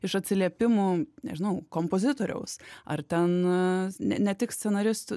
iš atsiliepimų nežinau kompozitoriaus ar ten ne ne tik scenaristų